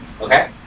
Okay